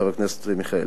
חבר הכנסת מיכאלי,